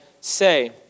say